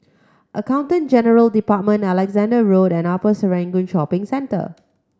Accountant General Department Alexandra Road and Upper Serangoon Shopping Centre